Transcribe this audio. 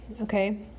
okay